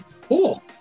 cool